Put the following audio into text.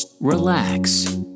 relax